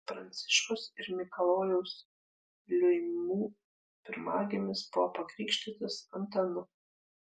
pranciškos ir mikalojaus liuimų pirmagimis buvo pakrikštytas antanu